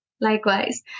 Likewise